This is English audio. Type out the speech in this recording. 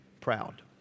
proud